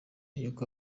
yuko